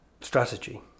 Strategy